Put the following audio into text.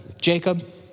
Jacob